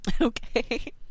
okay